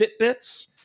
fitbits